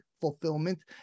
fulfillment